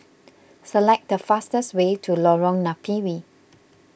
select the fastest way to Lorong Napiri